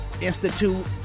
institute